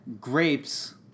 grapes